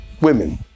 women